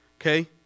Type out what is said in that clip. Okay